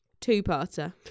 two-parter